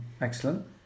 Excellent